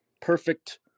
perfect